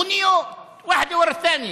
מכוניות (אומר בערבית: אחת אחרי השנייה.)